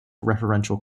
referential